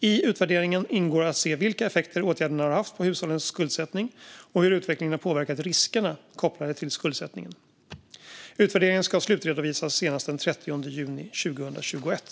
I utvärderingen ingår att se vilka effekter åtgärderna har haft på hushållens skuldsättning och hur utvecklingen har påverkat riskerna kopplade till skuldsättningen. Utvärderingen ska slutredovisas senast den 30 juni 2021.